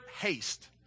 haste